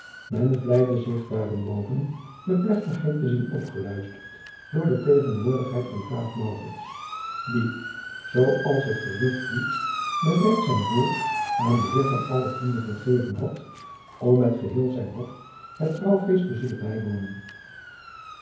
men vleide zich daarenboven de plechtigheid te zien opgeluisterd door de tegenwoordigheid van graaf maurits die zoo als het gerucht liep bereids zijn woord aan den heer jacob van lennep de pleegzoon van aldegonde gegeven had om met geheel zijn hof het trouwfeest te zullen bijwonen